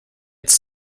jetzt